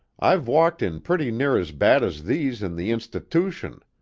i've walked in pretty near as bad as these in the institootion.